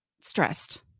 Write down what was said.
stressed